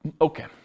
Okay